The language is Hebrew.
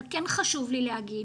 אבל כן חשוב לי להגיד